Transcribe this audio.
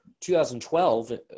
2012